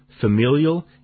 familial